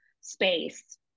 space